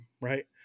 Right